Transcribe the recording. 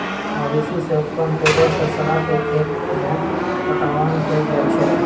मवेशी से उत्पन्न गोबर के सड़ा के खेत में पटाओन कएल जाइ छइ